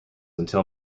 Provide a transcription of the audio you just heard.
until